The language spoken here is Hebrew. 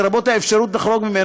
לרבות האפשרות לחרוג ממנו,